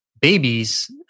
babies